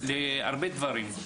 להרבה דברים.